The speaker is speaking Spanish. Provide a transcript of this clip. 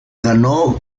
ganó